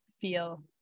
feel